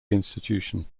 institution